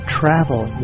travel